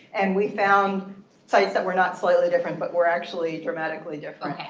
and we found sites that were not slightly different, but we're actually dramatically different.